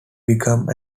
became